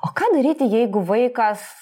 o ką daryti jeigu vaikas